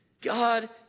God